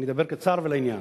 אני אדבר קצר ולעניין.